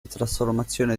trasformazione